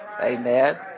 Amen